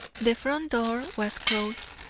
the front door was closed,